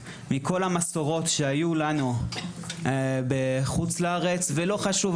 מכל המסורות שהיו לנו בחוץ לארץ ולא חשוב,